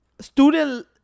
student